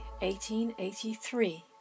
1883